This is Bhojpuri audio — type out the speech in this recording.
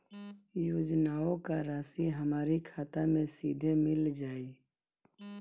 योजनाओं का राशि हमारी खाता मे सीधा मिल जाई?